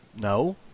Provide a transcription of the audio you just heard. no